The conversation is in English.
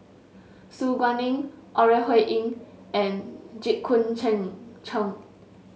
Su Guaning Ore Huiying and Jit Koon Ch'ng